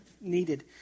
needed